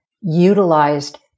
utilized